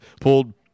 pulled